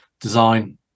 design